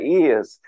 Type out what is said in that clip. ears